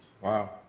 Wow